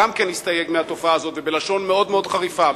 גם כן הסתייג מהתופעה הזאת ובלשון מאוד-מאוד חריפה,